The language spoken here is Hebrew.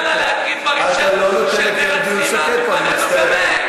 אתה נותן לה להגיד דברים של מרצחים מעל דוכן הכנסת.